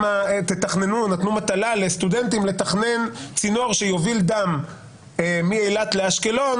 נתנו לסטודנטים מטלה לתכנן צינור שיוביל דם מאילת לאשקלון